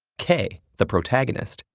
k, the protagonist,